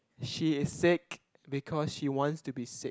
she is sick because she wants to be sick